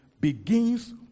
begins